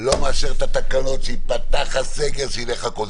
לא מאשר את התקנות, שייפתח הסגר, שילך הכול.